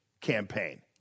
campaign